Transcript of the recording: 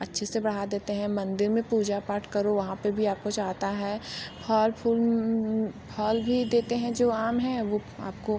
अच्छे से बढ़ा देते हैं मंदिर में पूजा पाठ करो वहाँ पे भी आपको चाहता है फल फूल फल भी देते हैं जो आम हैं वो आपको